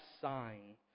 sign